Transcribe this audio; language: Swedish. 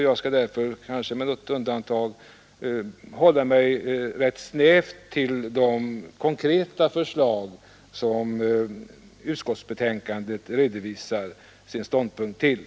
Jag skall därför kanske med något undantag hålla mig rätt snävt till de konkreta förslag som utskottet redovisar sitt ställningstagande till.